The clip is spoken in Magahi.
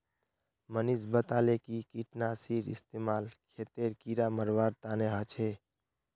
मनीष बताले कि कीटनाशीर इस्तेमाल खेतत कीड़ा मारवार तने ह छे